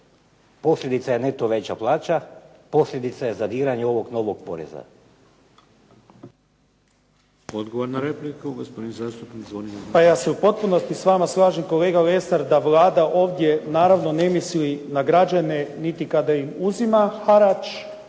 posljedica je neto veća plaća, posljedica je zadiranje ovog novog poreza.